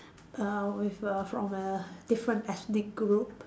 err with a from a different ethnic group